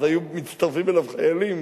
והיו מצטרפים אליו חיילים